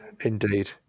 Indeed